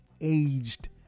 aged